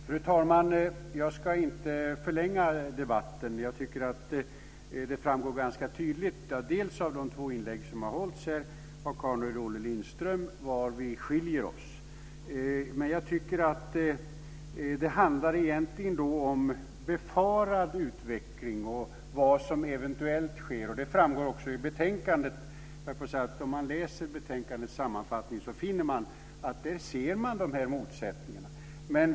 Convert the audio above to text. Fru talman! Jag ska inte förlänga debatten. Det framgår ju ganska tydligt av de båda inlägg som hållits här av Olle Lindström respektive Åke Carnerö var vi skiljer oss. Egentligen handlar det, menar jag, om en befarad utveckling, om vad som eventuellt sker. Detta framgår också av betänkandet - av sammanfattningen i betänkandet framgår de här motsättningarna.